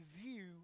view